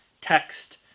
text